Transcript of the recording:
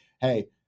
hey